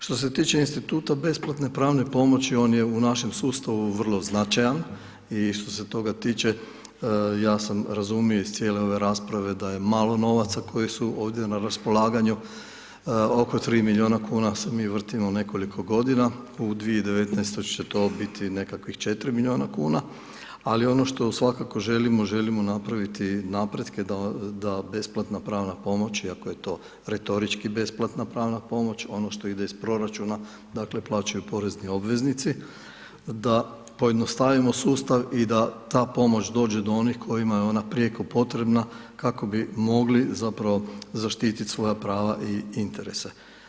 Što se tiče Instituta besplatne pravne pomoći, on je u našem sustavu vrlo značajan i što se toga tiče, ja sam razumio iz cijele ove rasprave da je malo novaca koji su ovdje na raspolaganju, oko 3 milijuna kuna se mi vrtimo nekoliko godina, u 2019. će to biti nekakvih 4 milijuna kuna, ali ono što svakako želimo, želimo napraviti napretke da besplatna pravna pomoć, iako je to retorički besplatna pravna pomoć, ono što ide iz proračuna, dakle, plaćaju porezni obveznici, da pojednostavimo sustav i da ta pomoć dođe do onih kojima je ona prijeko potrebna kako bi mogli zapravo zaštitit svoja prava i interese.